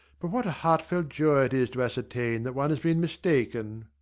but what a heartfelt joy it is to ascertain that one has been mistaken!